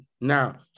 Now